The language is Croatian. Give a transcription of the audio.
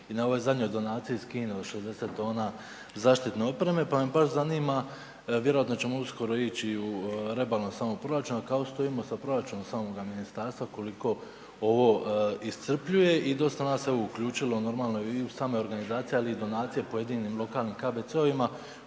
i na ovoj zadnjoj donaciji iz Kine od 60 tona zaštitne opreme, pa me baš zanima vjerojatno ćemo uskoro ići i u rebalans samog proračuna, kako stojimo sa proračunom samoga ministarstva koliko ovo iscrpljuje i dosta nas se evo uključilo normalno i u same organizacije, ali i u donacije pojedinim lokalnim KBC-ovima